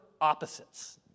opposites